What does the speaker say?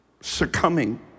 Succumbing